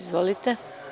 Izvolite.